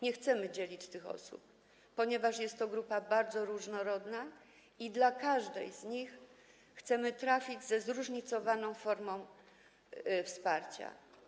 Nie chcemy dzielić tych osób, ponieważ jest to grupa bardzo różnorodna i do każdej z tych osób chcemy trafić ze zróżnicowaną formą wsparcia.